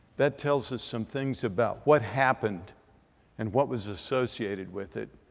that tells us some things about what happened and what was associated with it,